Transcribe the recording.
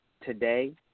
today